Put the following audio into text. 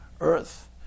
earth